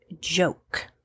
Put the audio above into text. joke